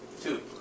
Two